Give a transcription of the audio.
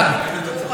באותו פיגוע ארור,